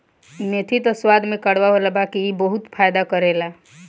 मेथी त स्वाद में कड़वा होला बाकी इ बहुते फायदा करेला